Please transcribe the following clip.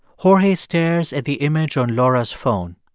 jorge stares at the image on laura's phone.